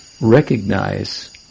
recognize